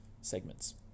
segments